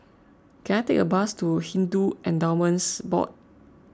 can I take a bus to Hindu Endowments Board